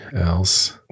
else